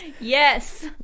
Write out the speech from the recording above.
Yes